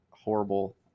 horrible